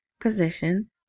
position